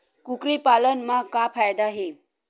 कुकरी पालन म का फ़ायदा हे?